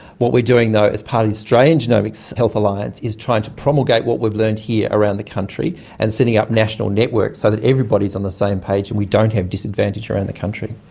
what we are doing though as part of the australian genomics health alliance is trying to promulgate what we've learned here around the country, and setting up national networks so that everybody is on the same page and we don't have disadvantage around the country.